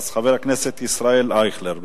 אז חבר הכנסת ישראל אייכלר.